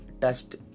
touched